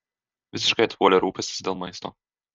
visiškai atpuolė rūpestis dėl maisto